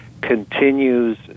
continues